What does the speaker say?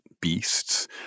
beasts